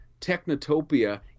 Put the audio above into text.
technotopia